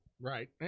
Right